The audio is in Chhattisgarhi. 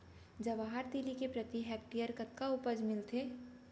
जवाहर तिलि के प्रति हेक्टेयर कतना उपज मिलथे?